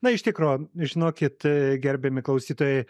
na iš tikro žinokit gerbiami klausytojai